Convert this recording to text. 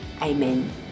Amen